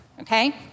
okay